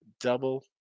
double